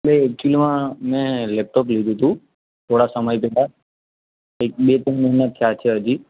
એટલે એક્ચુલીમાં મેં લેપટોપ લીધું હતું થોડા સમય પહેલાં એક બે ત્રણ મહિના પણ થયા છે હજી